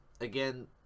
again